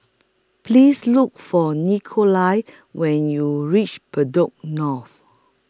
Please Look For Nikolai when YOU REACH Bedok North